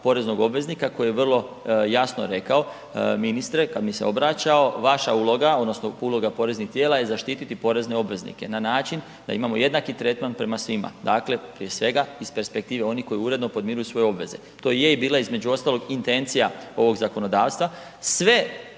poreznog obveznika koji je vrlo jasno rekao, ministre, kad mi se obraćao, vaša uloga, odnosno uloga poreznih tijela je zaštititi porezne obveznike na način da imamo jednaki tretman prema svima. Dakle, prije svega iz perspektive onih koji uredno podmiruju svoje obveze, to je i bila između ostalog, intencija ovog zakonodavstva. Sve